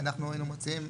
אנחנו היינו מציעים,